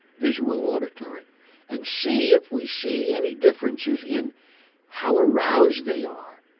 visual, auditory and see if we see any differences in how aroused they are.